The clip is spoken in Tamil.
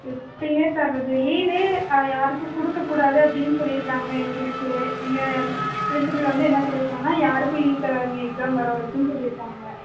எப்படிங்க தர்றது லீவே யாருக்கும் கொடுக்க கூடாது அப்படின்னு சொல்லி இருக்காங்க எங்களுக்கு எங்கள் பிரின்சிபல் வந்து என்ன சொல்லி இருக்காங்கன்னா யாருக்கும் லீவ் தராதிங்க எக்ஸாம் வர வரைக்கும்ன்னு சொல்லி இருக்காங்க